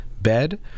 bed